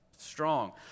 strong